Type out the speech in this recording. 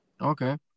Okay